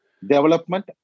development